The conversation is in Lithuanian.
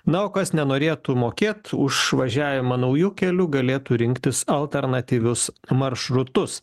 na o kas nenorėtų mokėt už važiavimą nauju keliu galėtų rinktis alternatyvius maršrutus